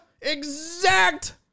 exact